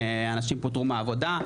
אנשים פוטרו מעבודה,